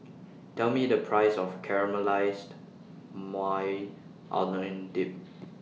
Tell Me The priceS of Caramelized Maui Onion Dip